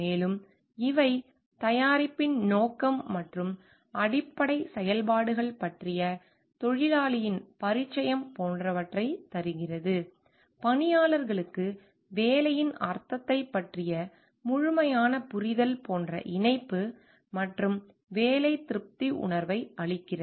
மேலும் இவை தயாரிப்பின் நோக்கம் மற்றும் அடிப்படை செயல்பாடுகள் பற்றிய தொழிலாளியின் பரிச்சயம் போன்றவற்றைத் தருகிறது பணியாளருக்கு வேலையின் அர்த்தத்தைப் பற்றிய முழுமையான புரிதல் போன்ற இணைப்பு மற்றும் வேலை திருப்தி உணர்வை அளிக்கிறது